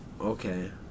okay